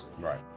Right